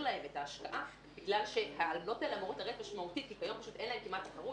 להם את ההשקעה כי היום אין להם כמעט תחרות